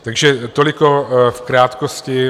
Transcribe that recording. Takže toliko v krátkosti.